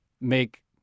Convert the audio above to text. make